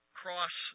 cross